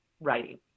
writing